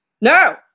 no